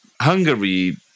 Hungary